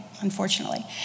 Unfortunately